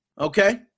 Okay